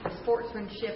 Sportsmanship